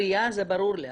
בריאה זה ברור לי,